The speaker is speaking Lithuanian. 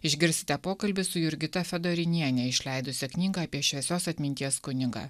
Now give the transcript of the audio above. išgirsite pokalbį su jurgita fedorinienė išleidusią knygą apie šviesios atminties kunigą